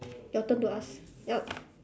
your turn to ask yup